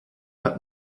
hat